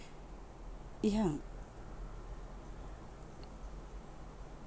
yeah